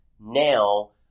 Now